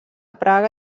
praga